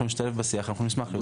אם אנחנו נשתלב בשיח, אנחנו נשמח.